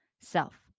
self